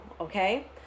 okay